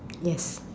yes